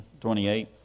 28